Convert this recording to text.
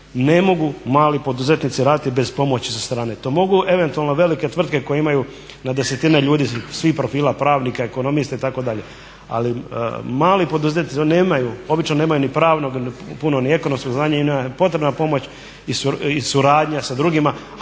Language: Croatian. ne mogu mali poduzetnici raditi bez pomoći sa strane. To mogu eventualno velike tvrtke koje imaju na desetine ljudi svih profila, pravnika, ekonomista itd. Ali mali poduzetnici oni nemaju, obično nemaju ni pravnog puno ni ekonomskog znanja i njima je potrebna pomoć i suradnja sa drugima.